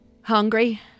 hungry